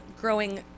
growing